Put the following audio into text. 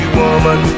woman